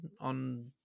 on